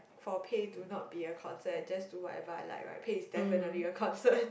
for pay to not be a concern and just do whatever I like right pay is definitely a concern